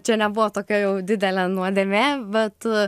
čia nebuvo tokia jau didelė nuodėmė bet